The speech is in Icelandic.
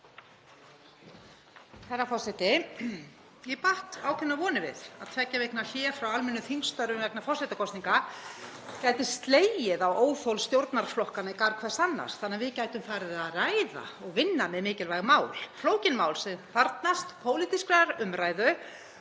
Herra forseti. Ég batt ákveðnar vonir við að tveggja vikna hlé frá almennum þingstörfum vegna forsetakosninga gæti slegið á óþol stjórnarflokkanna í garð hvers annars þannig að við gætum farið að ræða og vinna með mikilvæg mál, flókin mál sem þarfnast pólitískrar umræðu,